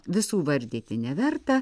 visų vardyti neverta